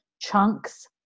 chunks